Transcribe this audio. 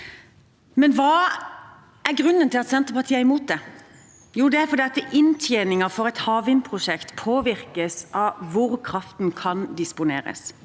Men hva er grunnen til at Senterpartiet er imot det? Det er fordi inntjeningen fra et havvindprosjekt påvirkes av hvor kraften kan disponeres.